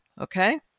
Okay